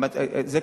זה,